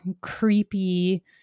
creepy